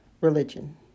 religion